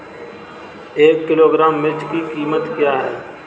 एक किलोग्राम मिर्च की कीमत क्या है?